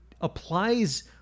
applies